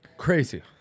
crazy